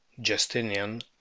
Justinian